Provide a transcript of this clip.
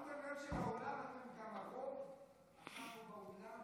שמתם לב שבאולם אתם גם הרוב, עכשיו באולם?